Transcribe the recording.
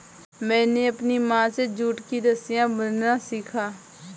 मैंने अपनी माँ से जूट की रस्सियाँ बुनना सीखा